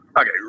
Okay